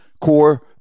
core